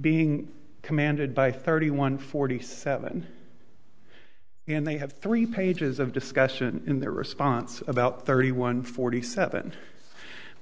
being commanded by thirty one forty seven and they have three pages of discussion in their response about thirty one forty seven